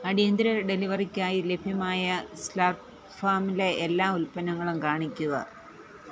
അടിയന്തര ഡെലിവറിക്കായി ലഭ്യമായ സ്ലർപ്പ് ഫാംലെ എല്ലാ ഉൽപ്പന്നങ്ങളും കാണിക്കുക